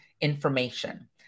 information